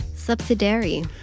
Subsidiary